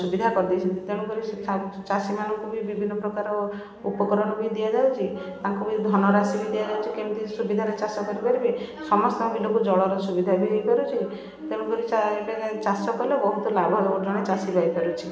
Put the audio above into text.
ସୁବିଧା କରଦେଇଛନ୍ତି ତେଣୁକରି ଚାଷୀମାନଙ୍କୁ ବି ବିଭିନ୍ନ ପ୍ରକାର ଉପକରଣ ବି ଦିଆଯାଉଛି ତାଙ୍କୁ ବି ଧନ ରାଶି ବି ଦିଆଯାଉଛି କେମିତି ସୁବିଧାରେ ଚାଷ କରିପାରିବେ ସମସ୍ତଙ୍କ ବିଲକୁ ଜଳର ସୁବିଧା ବି ହେଇପାରୁଛି ତେଣୁକରି ଏବେ ଚାଷ କଲେ ବହୁତ ଲାଭ ହେବ ଜଣେ ଚାଷୀ ପାଇ ପାରୁଛି